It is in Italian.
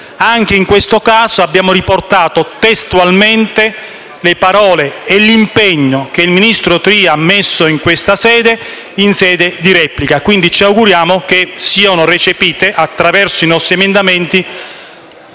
Anche in questo caso abbiamo riportato testualmente le parole e l'impegno che il ministro Tria ha pronunciato in quest'Aula in sede di replica. Quindi, ci auguriamo che siano recepiti, attraverso i nostri emendamenti,